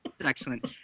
Excellent